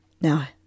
Now